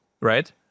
right